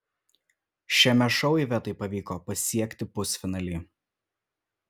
šiame šou ivetai pavyko pasiekti pusfinalį